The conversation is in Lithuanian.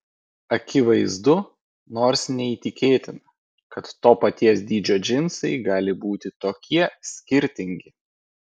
akivaizdu nors neįtikėtina kad to paties dydžio džinsai gali būti tokie skirtingi